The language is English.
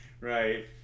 Right